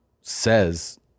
says